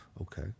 Okay